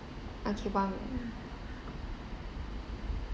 okay one would do